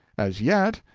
as yet,